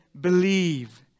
believe